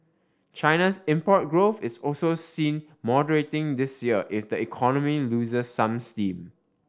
China's import growth is also seen moderating this year if the economy loses some steam